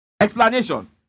Explanation